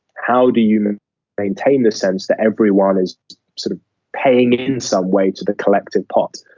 how do you and maintain the sense that everyone is sort of paying in some way to the collective pot?